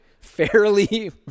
Fairly